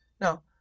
now